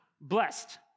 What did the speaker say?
blessed